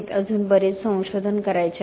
अजून बरेच संशोधन करायचे आहे